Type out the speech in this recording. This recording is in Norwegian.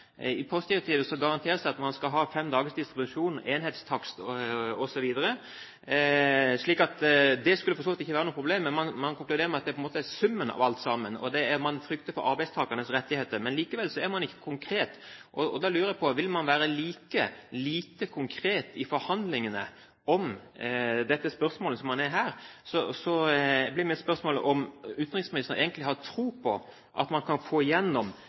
for så vidt ikke skulle være noe problem. Men man konkluderer med at det på en måte er summen av alt sammen, og at man frykter for arbeidstakernes rettigheter. Likevel er man ikke konkret. Da lurer jeg på: Vil man være like lite konkret i forhandlingene om dette spørsmålet som man er her? Da blir mitt spørsmål: Har utenriksministeren egentlig tro på at man kan få